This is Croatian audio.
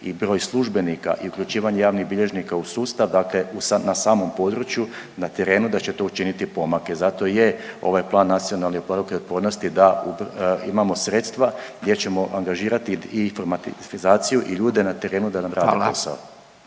i broj službenika i uključivanje javnih bilježnika u sustav na samom području, na terenu da će to učiniti pomake. Zato i je ovaj plan NPOO-a da imamo sredstva gdje ćemo angažirati i informatizaciju i ljude na terenu da nam rade posao.